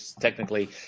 technically